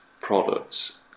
products